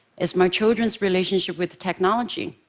is my children's relationship with technology.